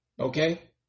Okay